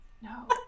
no